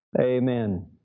Amen